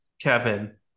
Kevin